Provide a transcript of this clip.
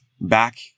back